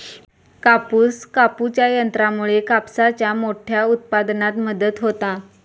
कापूस कापूच्या यंत्रामुळे कापसाच्या मोठ्या उत्पादनात मदत होता